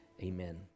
Amen